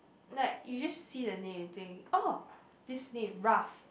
like you just see the name you think oh this name Ralph